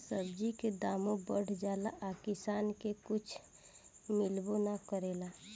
सब्जी के दामो बढ़ जाला आ किसान के कुछ मिलबो ना करेला